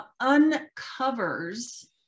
uncovers